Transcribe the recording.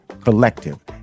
Collective